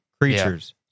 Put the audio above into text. creatures